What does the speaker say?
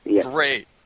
Great